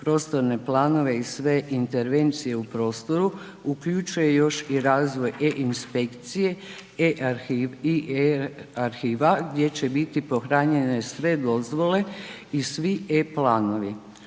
prostorne planove i sve intervencije u prostoru, uključuje još i razvoj e-Inspekcije, e-Arhiva, gdje će biti pohranjene sve dozvole i svi e-Planovi.